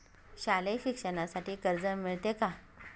शालेय शिक्षणासाठी कर्ज मिळते का?